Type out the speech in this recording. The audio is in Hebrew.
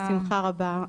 בשמחה רבה,